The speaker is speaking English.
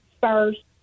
first